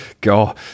god